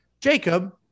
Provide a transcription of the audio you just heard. Jacob